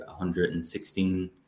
116